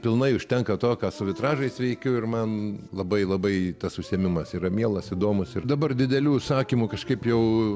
pilnai užtenka to ką su vitražais veikiu ir man labai labai tas užsiėmimas yra mielas įdomūs ir dabar didelių užsakymų kažkaip jau